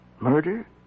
murder